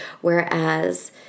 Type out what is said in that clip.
whereas